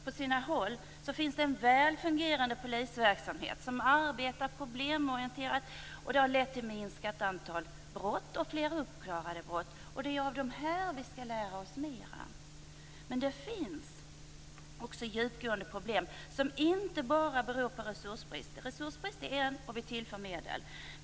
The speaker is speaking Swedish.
På sina håll finns det en väl fungerande polisverksamhet som arbetar problemorienterat. Det har lett till minskat antal brott och fler uppklarade brott. Det är av dessa vi skall lära oss mera. Men det finns också djupgående problem som inte bara beror på resursbrister. Resursbrist är ett problem. Vi tillför medel.